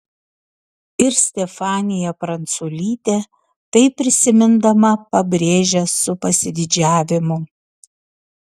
ir stefanija pranculytė tai prisimindama pabrėžia su pasididžiavimu